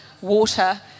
water